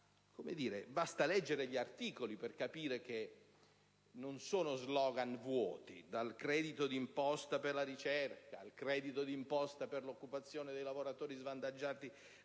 concreti. Basta leggere gli articoli per capire che non si tratta di *slogan* vuoti: dal credito di imposta per la ricerca al credito di imposta per l'occupazione dei lavoratori svantaggiati